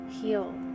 Heal